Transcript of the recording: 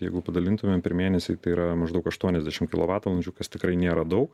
jeigu padalintumėm per mėnesį tai yra maždaug aštuoniasdešimt kilovatvalandžių kas tikrai nėra daug